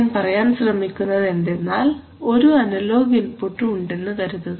ഞാൻ പറയാൻ ശ്രമിക്കുന്നത് എന്തെന്നാൽ ഒരു അനലോഗ് ഇൻപുട്ട് ഉണ്ടെന്ന് കരുതുക